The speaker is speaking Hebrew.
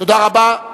תודה רבה.